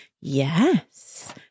Yes